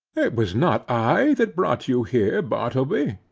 it was not i that brought you here, bartleby,